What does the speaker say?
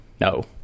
no